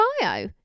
bio